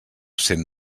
cent